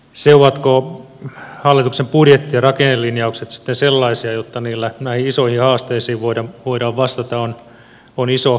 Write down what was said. se ovatko hallituksen budjetti ja rakennelinjaukset sitten sellaisia jotta niillä näihin isoihin haasteisiin voidaan vastata on iso kysymys